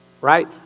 right